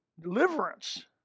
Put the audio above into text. deliverance